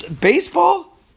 Baseball